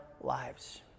lives